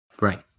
Right